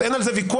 אין על זה ויכוח.